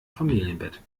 familienbett